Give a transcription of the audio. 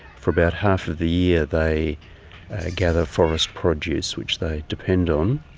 for about half of the year they gather forest produce which they depend on.